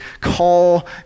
call